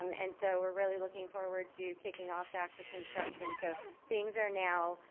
um and so we're really looking forward to kicking off the actual construction. so things are now,